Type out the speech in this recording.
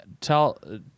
tell